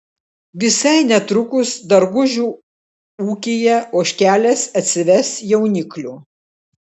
visai netrukus dargužių ūkyje ožkelės atsives jauniklių